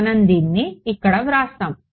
మనం దీన్ని ఇక్కడ వ్రాస్తాము